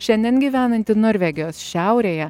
šiandien gyvenanti norvegijos šiaurėje